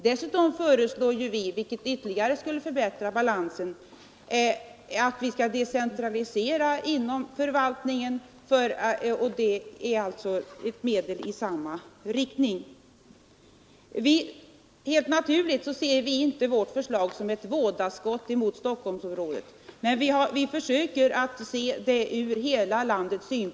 Dessutom föreslår vi — vilket ytterligare skulle förbättra balansen — att man skall decentralisera inom förvaltningen. Det är ett medel som verkar i samma riktning. Helt naturligt ser vi inte vårt förslag som ett vådaskott mot Stockholmsområdet — vi försöker att se det ur hela landets syn.